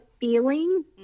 feeling